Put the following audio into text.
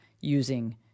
using